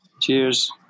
Cheers